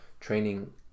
training